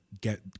get